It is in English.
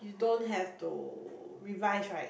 don't have to revise right